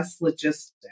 Logistics